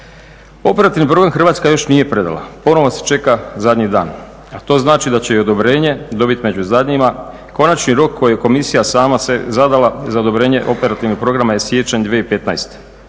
Operativni program Hrvatska još nije predala. Ponovo se čeka zadnji dan, a to znači da će i odobrenje dobiti među zadnjima. Konačni rok koji je komisija sama zadala za odobrenje operativnih programa je siječanj 2015.